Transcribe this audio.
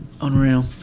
unreal